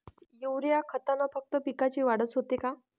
Urea खतानं फक्त पिकाची वाढच होते का?